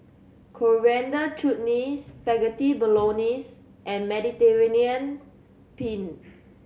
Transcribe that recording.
Coriander Chutney Spaghetti Bolognese and Mediterranean Penne